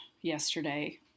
yesterday